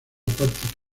parte